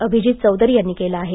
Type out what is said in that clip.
अभिजीत चौधरी यांनी केलं आहे